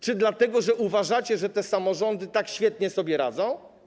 Czy dlatego, że uważacie, że te samorządy tak świetnie sobie radzą?